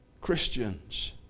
Christians